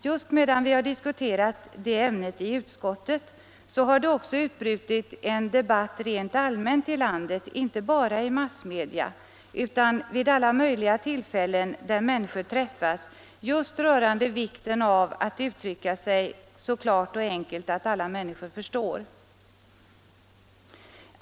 Just medan vi har diskuterat ämnet i utskottet har det också utbrutit en debatt rent allmänt i landet, inte bara i massmedia utan vid alla möjliga tillfällen där människor träffas, rörande vikten av att uttrycka sig så klart och enkelt att alla människor förstår.